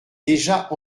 déjà